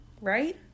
right